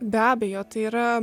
be abejo tai yra